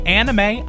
anime